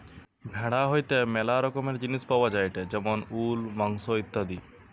ভেড়া হইতে ম্যালা রকমের জিনিস পাওয়া যায়টে যেমন উল, মাংস ইত্যাদি